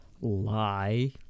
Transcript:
lie